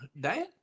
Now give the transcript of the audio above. Dad